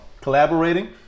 collaborating